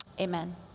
amen